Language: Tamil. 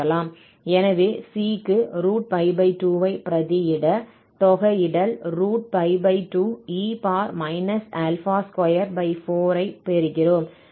எனவே c க்கு 2 ஐ பிரதியிட தொகையிடல் 2 e 24 பெறுகிறோம்